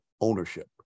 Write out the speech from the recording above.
ownership